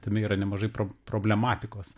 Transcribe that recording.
tame yra nemažai prob problematikos